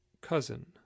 cousin